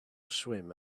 swim